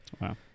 Wow